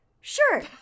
Sure